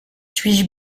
suis